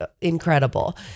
incredible